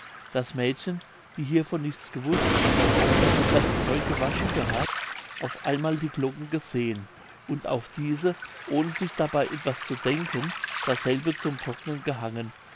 das mädchen die hiervon nichts gewußt hat wie sie das zeug gewaschen gehabt auf einmal die glocken gesehen und auf diese ohne sich dabei etwas zu denken dasselbe zum trocknen gehangen